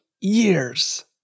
years